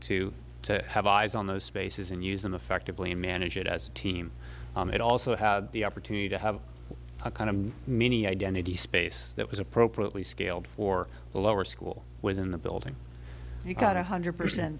ability to have eyes on those spaces and use them effectively and manage it as a team it also had the opportunity to have a kind of mini identity space that was appropriately scaled for the lower school within the building you got one hundred percent